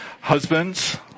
Husbands